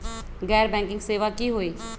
गैर बैंकिंग सेवा की होई?